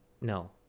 no